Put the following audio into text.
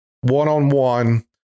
one-on-one